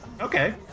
Okay